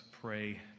pray